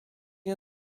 nie